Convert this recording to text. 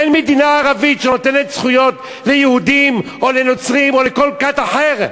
אין מדינה ערבית שנותנת זכויות ליהודים או לנוצרים או לכל כת אחרת.